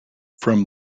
from